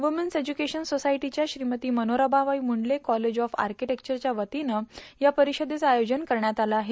व्रमन्स education सोसायटीच्या श्रीमती Manoramabai Mundle college of आकिटिक्चरच्या वतीनं या परिषदेचं आयोजन करण्यात आलं आहे